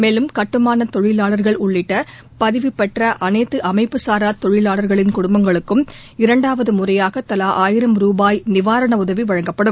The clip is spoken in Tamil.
மேலும் கட்டுமானத் தொழிலாளர்கள் உள்ளிட்ட பதிவு பெற்ற அனைத்து அமைப்புசாரா தொழிலாளா்களின் குடும்பங்களுக்கும் இரண்டாவது முறையாக தலா ஆயிரம் ரூபாய் நிவாரண உதவி வழங்கப்படும்